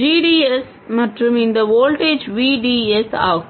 gds மற்றும் இந்த voltage VD S ஆகும்